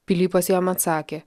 pilypas jam atsakė